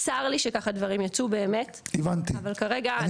צר לי שככה דברים יצאו, באמת, אבל כרגע.